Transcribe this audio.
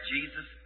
Jesus